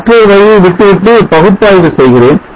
மற்றுமொரு வரியை விட்டு விட்டு பகுப்பாய்வு செய்கிறேன்